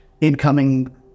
incoming